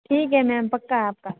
ठीक है मैम पक्का है आपका